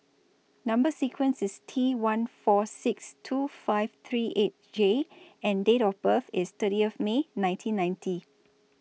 Number sequence IS T one four six two five three eight J and Date of birth IS thirty of May nineteen ninety